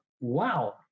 wow